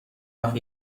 وقت